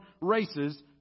races